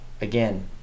again